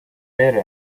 data